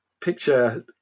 picture